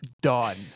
Done